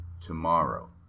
tomorrow